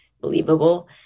believable